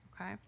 okay